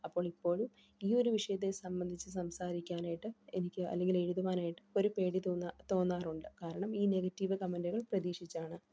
അപ്പോൾ ഇപ്പോഴും ഈ ഒരു വിഷയത്തെ സംബന്ധിച്ച് സംസാരിക്കാനായിട്ട് എനിക്ക് അല്ലെങ്കിൽ എഴുതുവാനായിട്ട് ഒരു പേടി തോന്നുക തോന്നാറുണ്ട് കാരണം ഈ നെഗറ്റീവ് കമൻ്റുകൾ പ്രതീക്ഷിച്ചാണ്